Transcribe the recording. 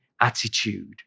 attitude